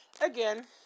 again